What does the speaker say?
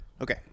Okay